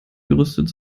gerüstet